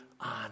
on